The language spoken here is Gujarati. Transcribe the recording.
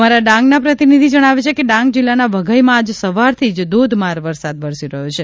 અમારા ડાંગના પ્રતિનિધિ જણાવે છે કે ડાંગ જિલ્લાના વઘઈમાં આજ સવારથી જ ધોધમાર વરસાદ વરસી રહ્યો છે